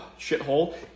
shithole